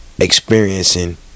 experiencing